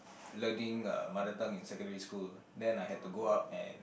learning mother tongue in secondary school then I had to go up and